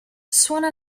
suona